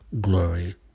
glory